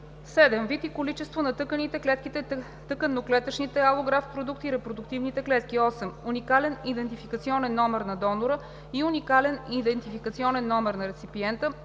7. вид и количество на тъканите/клетките/тъканно-клетъчни алографт продукти/репродуктивните клетки; 8. уникален идентификационен номер на донора и уникален идентификационен номер на реципиента;